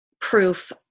proof